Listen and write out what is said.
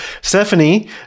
Stephanie